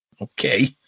Okay